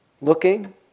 looking